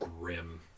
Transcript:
grim